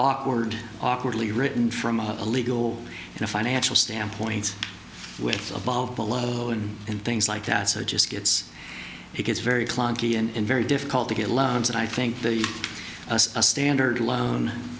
awkward awkwardly written from a legal and financial standpoint with above below and and things like that so it just gets it gets very clunky and very difficult to get loans and i think the a standard loan